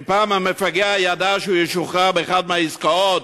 אם פעם המפגע ידע שהוא ישוחרר באחת מהעסקאות,